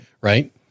Right